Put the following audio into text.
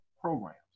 programs